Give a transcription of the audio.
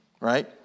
Right